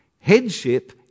Headship